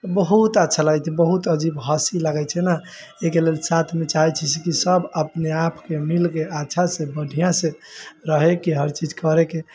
बहुत अच्छा लागतै बहुत अजीब हँसी लगै छै न एहिके लेल साथ मे चाहै छी सब अपनेआपके मिलके अच्छा से बढ़िऑं से रहय के हर चीज करय के